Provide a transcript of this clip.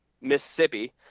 Mississippi